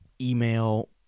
email